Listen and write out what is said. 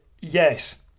yes